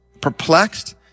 Perplexed